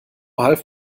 half